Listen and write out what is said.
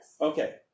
Okay